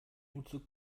umzug